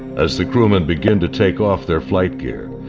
as the crewmen begin to take off their flight gear,